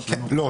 לא.